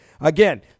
Again